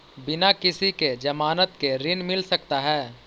बिना किसी के ज़मानत के ऋण मिल सकता है?